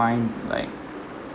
find like